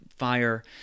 Fire